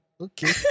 okay